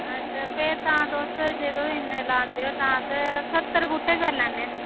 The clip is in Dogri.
अच्छा फिर तां तुस इ'न्ने लांदे ओ तां अस सह्त्तर बहूटे करी लैन्ने आं